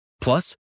Plus